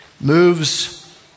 moves